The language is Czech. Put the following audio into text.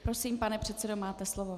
Prosím, pane předsedo, máte slovo.